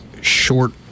short